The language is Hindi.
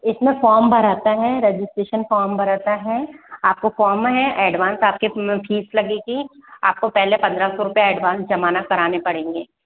इसमें फॉर्म भराता है रेजिस्ट्रेशन फॉर्म भराता है आपको कॉमन है एडवांस्ड आपके फीस लगेगी आपको पहले पंद्रह सौ रूपये एडवांस्ड जमाना कराना पड़ेंगे